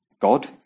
God